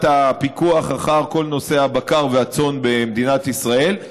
הפיקוח על כל נושא הבקר והצאן במדינת ישראל,